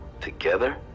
together